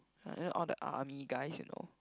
ah you know all the army guys you know